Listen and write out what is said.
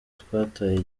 twataye